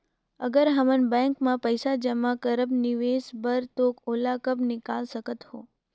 अगर हमन बैंक म पइसा जमा करब निवेश बर तो ओला कब निकाल सकत हो?